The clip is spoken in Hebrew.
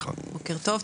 בוקר טוב,